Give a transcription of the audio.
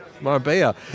Marbella